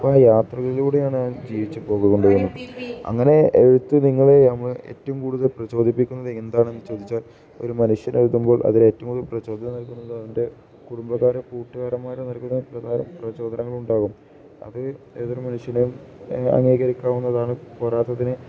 അപ്പോള് ആ യാത്രകളിലൂടെയാണ് അവന് ജീവിച്ചുപോയിക്കൊണ്ടിരിക്കുന്നത് അങ്ങനെ എഴുത്ത് നിങ്ങളെ നമ്മളെ ഏറ്റവും കൂടുതൽ പ്രചോദിപ്പിക്കുന്നത് എന്താണെന്ന് ചോദിച്ചാൽ ഒരു മനുഷ്യനെഴുതുമ്പോൾ അതിലേറ്റവും കൂടുതൽ പ്രചോദനം നൽകുന്നത് അവൻ്റെ കുടുംബക്കാരോ കൂട്ടുകാരന്മാരോ നൽകുന്ന പ്രചോദനങ്ങളുണ്ടാകും അത് ഏതൊരു മനുഷ്യനും അംഗീകരിക്കാവുന്നതാണ് പോരാത്തതിന്